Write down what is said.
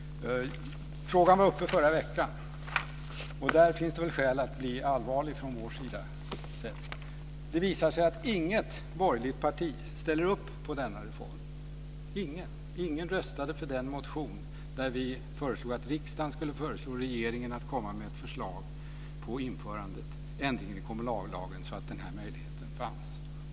Frågan var uppe förra veckan. Där finns det skäl att bli allvarlig från vår sida sett. Det visade sig att inget borgerligt parti ställer upp på denna reform. Ingen röstade för den motion där vi föreslog att riksdagen skulle föreslå regeringen att komma med ett förslag på införande av en ändring i kommunallagen så att den möjligheten kan finnas.